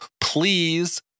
please